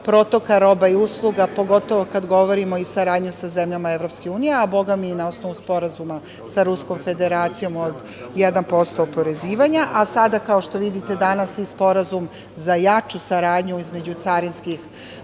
protoka roba i usluga, pogotovo kad govorimo i saradnja sa zemljama EU, a bogami, i na osnovu Sporazuma sa Ruskom federacijom od 1% oporezivanja, a sada, kao što vidite, danas i sporazum za jaču saradnju između carinskih